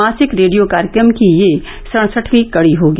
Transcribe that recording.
मासिक रेडियो कार्यक्रम की यह सड़सठवीं कड़ी होगी